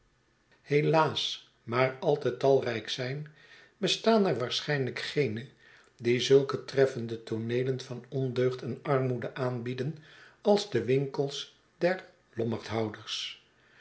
helaas maar al te talrijk zijn bestaan er waarschijnlijk geene die zulke treffende tooneelen van ondeugd en armoede aanbieden als de winkels der